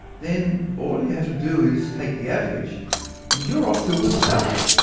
then all you have to do is take the average and you are off to a good start.